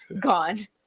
gone